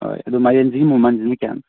ꯍꯣꯏ ꯑꯗꯨ ꯃꯥꯏꯔꯦꯟꯁꯤꯒꯤ ꯃꯃꯟꯁꯤꯅ ꯀꯌꯥꯅꯣ